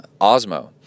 Osmo